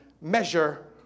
measure